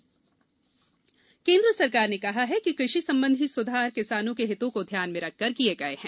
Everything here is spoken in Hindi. तोमर किसान सरकार ने कहा है कि कृषि संबंधी सुधार किसानों के हितों को ध्यान में रखकर किए गए हैं